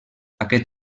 aquest